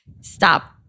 stop